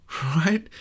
right